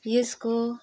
यसको